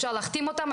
אפשר להחתים אותם,